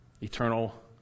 eternal